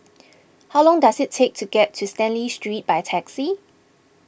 how long does it take to get to Stanley Street by taxi